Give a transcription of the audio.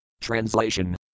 Translation